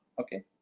okay